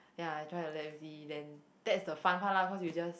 ya and try to let you see then that's the fun part lah cause you just